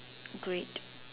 great